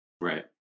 Right